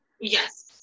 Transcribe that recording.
yes